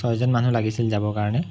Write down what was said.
ছয়জন মানুহ লাগিছিল যাবৰ কাৰণে